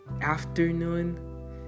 afternoon